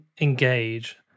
engage